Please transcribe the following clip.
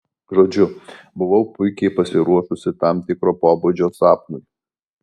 žodžiu buvau puikiai pasiruošusi tam tikro pobūdžio sapnui